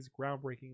groundbreaking